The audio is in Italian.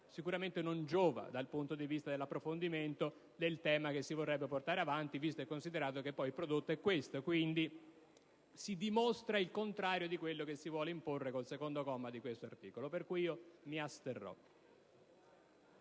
sicuramente non giova dal punto di vista dell'approfondimento del tema che si vorrebbe portare avanti, visto e considerato che il prodotto è questo. Quindi, si dimostra il contrario di quello che si vuole imporre col comma 2 di questo articolo. Pertanto, mi asterrò.